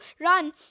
run